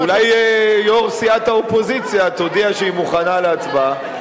אולי יו"ר סיעת האופוזיציה תודיע שהיא מוכנה להצבעה.